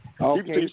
Okay